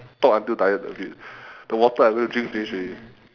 talk until tired a bit the water I also drink finish already